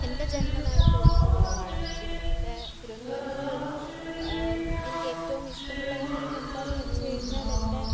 എൻ്റെ ജന്മനാട് തിരുവനന്തപുരമാണ് ഇവിടുത്തെ തിരുവനന്തപുരത്തെ ഒരു എനിക്ക് ഏറ്റവും ഇഷ്ടമുള്ള കാര്യം എന്താന്ന് വെച്ചു കഴിഞ്ഞാല് എൻ്റെ